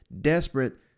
desperate